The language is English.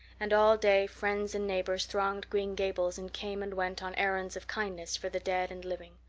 and all day friends and neighbors thronged green gables and came and went on errands of kindness for the dead and living.